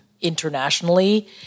internationally